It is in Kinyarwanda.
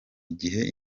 gihe